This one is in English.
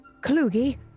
Kalugi